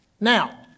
Now